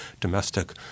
domestic